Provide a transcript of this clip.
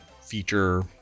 feature